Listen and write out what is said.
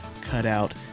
cutout